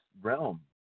realm